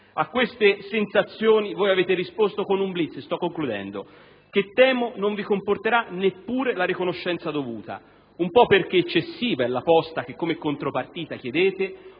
A queste sensazioni voi avete risposto con un *blitz*, che temo non vi comporterà neppure la riconoscenza dovuta. Un po' perché eccessiva è la posta che come contropartita chiedete,